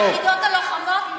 ביחידות הלוחמות,